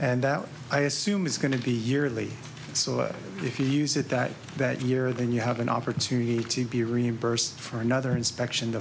and i assume it's going to be yearly so if you use it that that year then you have an opportunity to be reimbursed for another inspection the